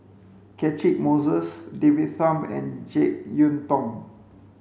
Catchick Moses David Tham and Jek Yeun Thong